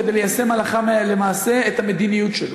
כדי ליישם הלכה למעשה את המדיניות שלו.